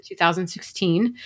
2016